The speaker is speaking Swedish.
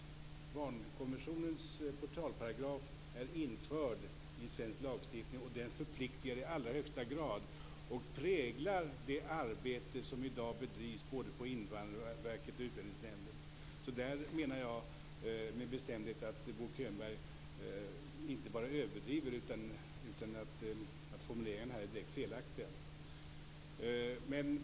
Barnkonventionens portalparagraf är införd i svensk lagstiftning, och den förpliktigar i allra högsta grad och präglar det arbete som i dag bedrivs både på Invandrarverket och i Utlänningsnämnden. Där menar jag med bestämdhet inte bara att Bo Könberg överdriver utan också att formuleringarna här är direkt felaktiga.